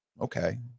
Okay